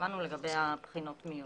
שקבענו לגבי בחינות המיון.